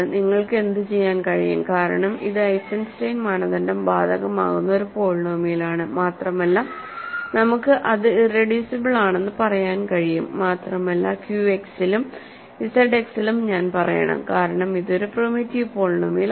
നിങ്ങൾക്ക് എന്തുചെയ്യാൻ കഴിയും കാരണം ഇത് ഐസൻസ്റ്റൈൻ മാനദണ്ഡം ബാധകമാകുന്ന ഒരു പോളിനോമിയലാണ് മാത്രമല്ല നമുക്ക് അത് ഇറെഡ്യൂസിബിൾ ആണെന്ന് പറയാൻ കഴിയും മാത്രമല്ല ക്യുഎക്സിലും ഇസഡ് എക്സിലും ഞാൻ പറയണം കാരണം ഇത് ഒരു പ്രിമിറ്റീവ് പോളിനോമിയലാണ്